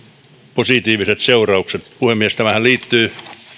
positiiviset seuraukset puhemies tämähän liittyy